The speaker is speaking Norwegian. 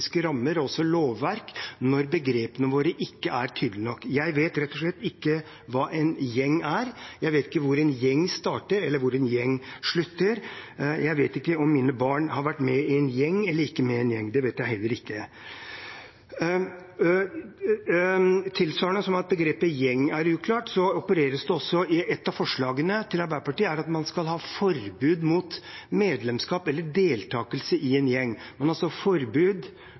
rammer, og også lovverk, når begrepene våre ikke er tydelige nok. Jeg vet rett og slett ikke hva en gjeng er. Jeg vet ikke hvor en gjeng starter, eller hvor en gjeng slutter. Jeg vet ikke om mine barn har vært med i en gjeng, eller ikke med i en gjeng; det vet jeg heller ikke. Tilsvarende med at begrepet «gjeng» er uklart, opereres det også i et av forslagene til Arbeiderpartiet med at man skal ha forbud mot medlemskap eller deltakelse i en gjeng. Man har altså forbud